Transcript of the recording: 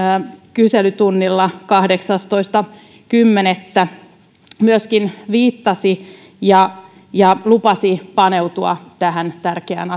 kyselytunnilla kahdeksastoista kymmenettä myöskin viittasi ja ja lupasi paneutua tähän tärkeään